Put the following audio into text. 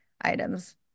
items